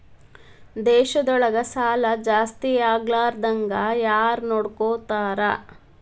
ದೇಶದೊಳಗ ಸಾಲಾ ಜಾಸ್ತಿಯಾಗ್ಲಾರ್ದಂಗ್ ಯಾರ್ನೊಡ್ಕೊತಾರ?